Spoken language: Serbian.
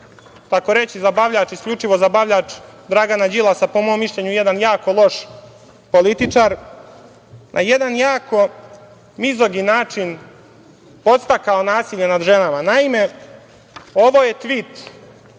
tako reći zabavljač, isključivo zabavljač Dragana Đilasa, po mom mišljenju jedan jako loš političar, na jedan jako mizogin način podstakao nasilje nad ženama. Naime, ovo je tvit